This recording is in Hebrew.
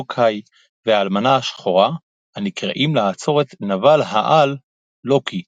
הוקאיי והאלמנה השחורה הנקראים לעצור את נבל-העל לוקי,